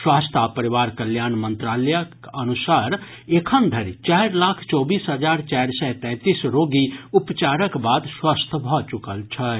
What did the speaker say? स्वास्थ्य आ परिवार कल्याण मंत्रालयक अनुसार एखन धरि चारि लाख चौबीस हजार चारि सय तैंतीस रोगी उपचारक बाद स्वस्थ भऽ चुकल छथि